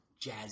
Jazz